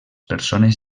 persones